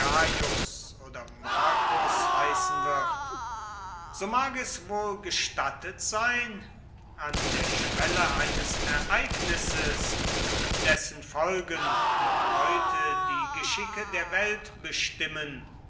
oder marcus heißen wird so mag es wohl gestattet sein an der schwelle eines ereignisses dessen folgen noch heute die geschicke der welt bestimmen